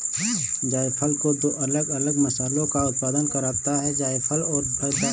जायफल दो अलग अलग मसालों का उत्पादन करता है जायफल और गदा